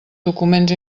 documents